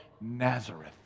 Nazareth